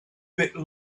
bit